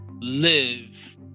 live